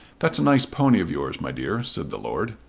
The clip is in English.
that's a nice pony of yours, my dear, said the lord.